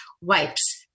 wipes